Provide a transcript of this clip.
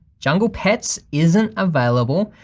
jungle pets isn't available,